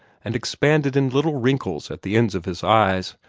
and expanded in little wrinkles at the ends of his eyes.